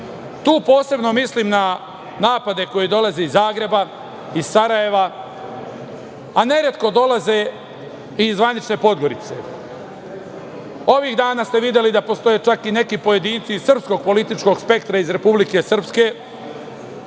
Tu posebno mislim na napade koji dolaze iz Zagreba, iz Sarajeva, a neretko dolaze i iz zvanične Podgorice. Ovih dana ste videli da postoje čak i neki pojedinci iz srpskog političkog spektra iz Republike Srpske